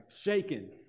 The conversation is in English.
shaking